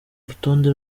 urutonde